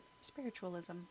spiritualism